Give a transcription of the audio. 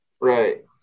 Right